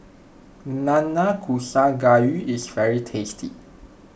Nanakusa Gayu is very tasty